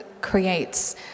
creates